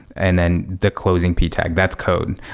and then the closing p tag, that's code.